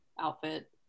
outfit